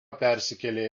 persikėlė